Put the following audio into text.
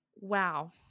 Wow